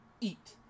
eat